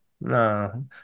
no